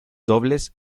dobles